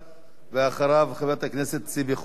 חבר הכנסת ג'מאל זחאלקה,